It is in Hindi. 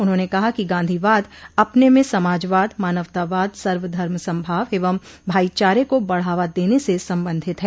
उन्होंने कहा कि गांधीवाद अपने में समाजवाद मानवतावाद सर्वधर्म संभाव एवं भाईचारे को बढ़ावा देने से संबंधित है